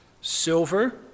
silver